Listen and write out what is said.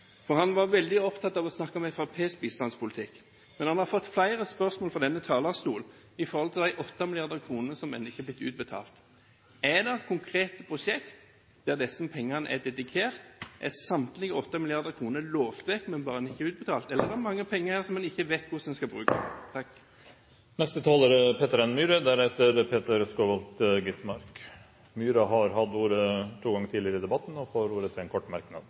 Han var veldig opptatt av å snakke om Fremskrittspartiets bistandspolitikk. Men han har fått flere spørsmål fra denne talerstol i forhold til de 8 mrd. kr som ennå ikke har blitt utbetalt. Er det konkrete prosjekter disse pengene er dedikert? Er samtlige 8 mrd. kr lovet vekk, men bare ikke utbetalt, eller er det mange penger her som man ikke vet hvordan man skal bruke? Peter N. Myhre har hatt ordet to ganger og får ordet til en kort merknad,